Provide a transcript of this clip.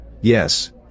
Yes